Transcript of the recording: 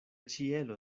ĉielo